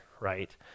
right